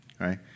right